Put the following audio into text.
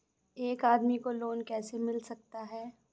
एक आदमी को लोन कैसे मिल सकता है?